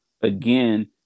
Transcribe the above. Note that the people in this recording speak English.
again